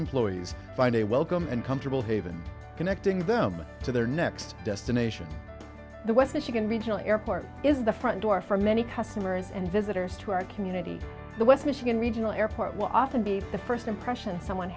employees find a welcome and comfortable haven connecting them to their next destination the west michigan regional airport is the front door for many customers and visitors to our community the west michigan regional airport will often be the first impression someone